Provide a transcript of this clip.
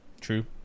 True